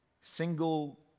single